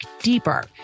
deeper